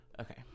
Okay